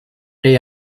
they